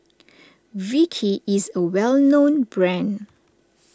Vichy is a well known brand